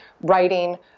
writing